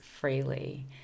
freely